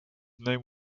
name